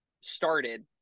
started